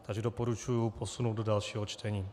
Takže doporučuji posunout do dalšího čtení.